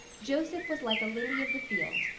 joseph was like a lily of the field.